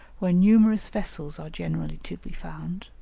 where numerous vessels are generally to be found,